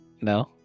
No